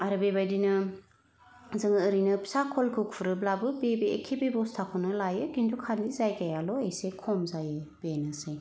आरो बेबादिनो जोङो ओरैनो फिसा खलखौ खुरोब्लाबो बे एखे बेबस्थाखौनो लायो खिन्थु खालि जायगायाल' एसे खम जायो बेनोसै